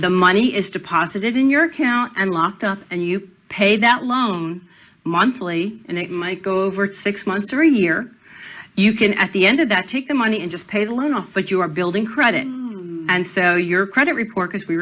the money is deposited in your account and locked up and you pay that loan monthly and it might go over six months or a year you can at the end of that take the money and just pay the loan off but you are building credit and so your credit